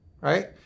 right